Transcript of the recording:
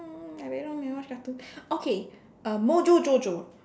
um I really long never watch cartoon okay um Mojojojo